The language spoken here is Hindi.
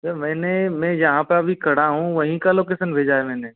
यार मैंने मैं जहाँ पे अभी खड़ा हूँ वहीं का लोकेशन भेजा है मैंने